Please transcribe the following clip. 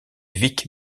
vic